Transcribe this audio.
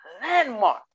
landmark